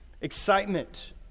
Excitement